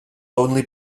only